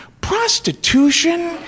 prostitution